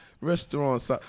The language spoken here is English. restaurants